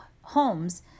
homes